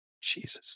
Jesus